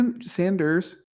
Sanders